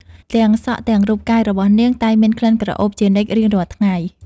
ទាំងសក់ទាំងរូបកាយរបស់នាង តែងមានក្លិនក្រអូបជានិច្ចរៀងរាល់ថ្ងៃ។